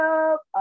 up